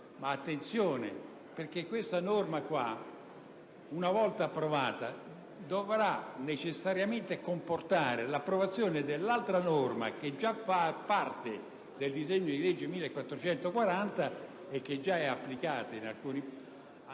fare attenzione, perché questa norma, una volta approvata, dovrà necessariamente comportare l'approvazione dell'altra disposizione che già fa parte del disegno di legge n. 1440 e che già è applicata in Campania